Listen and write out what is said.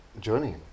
journey